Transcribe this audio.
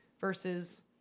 versus